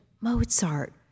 Mozart